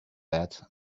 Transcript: that